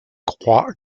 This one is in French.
croix